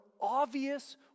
obvious